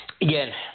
Again